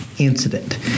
Incident